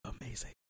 amazing